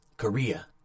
Korea